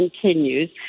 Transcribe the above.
continues